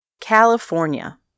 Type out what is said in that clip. California